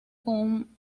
con